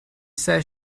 said